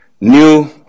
new